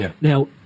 now